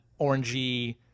orangey